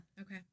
Okay